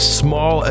small